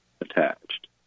attached